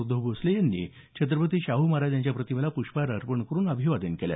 उद्धव भोसले यांनी छत्रपती शाहू महाराज यांच्या प्रतिमेस पुष्पहार अर्पण करून अभिवादन केलं